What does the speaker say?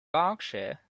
berkshire